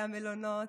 מלונות,